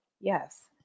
Yes